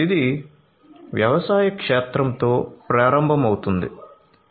ఇది వ్యవసాయ క్షేత్రంతో ప్రారంభమవుతుందని చెప్పండి